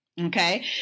Okay